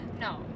No